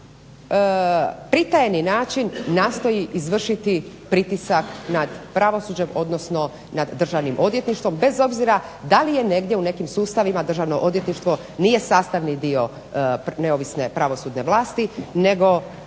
pritajeni način nastoji izvršiti pritisak nad pravosuđem odnosno nad državnim odvjetništvom bez obzira da li je negdje u nekim sustavima državno odvjetništvo nije sastavni dio neovisne pravosudne vlasti, nego